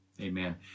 Amen